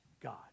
God